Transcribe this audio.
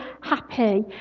happy